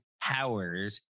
powers